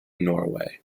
norway